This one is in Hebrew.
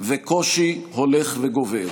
וקושי הולך וגובר.